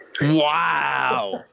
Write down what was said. Wow